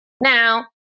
Now